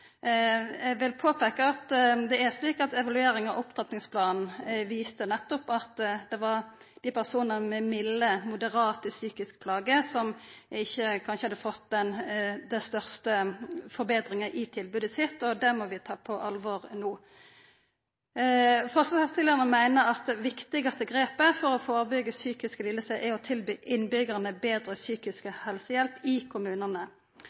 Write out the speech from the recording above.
Eg vil påpeika at evalueringa av opptrappingsplanen nettopp viste at det var dei personane med milde, moderate psykiske plager som kanskje ikkje hadde fått den største forbetringa i tilbodet sitt, og det må vi ta på alvor no. Forslagsstillarane meiner at det viktigaste grepet for å førebyggja psykiske lidingar er å tilby innbyggjarane betre psykisk helsehjelp i kommunane.